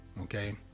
okay